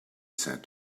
said